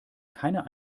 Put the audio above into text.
keiner